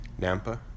Nampa